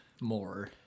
more